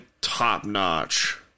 top-notch